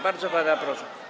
Bardzo pana proszę.